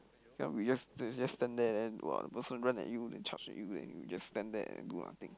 cannot be just j~ just stand there then !wah! the person run at your charge at you and you just stand there and do nothing